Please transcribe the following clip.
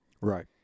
Right